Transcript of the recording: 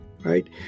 right